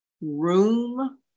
room